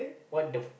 what the f~